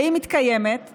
והיא מתקיימת ורלוונטית.